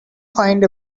find